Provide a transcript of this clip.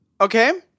Okay